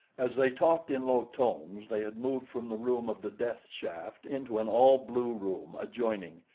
as they talked in low tones they had moved from the room of the death shaft into an all blue room adjoining,